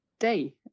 day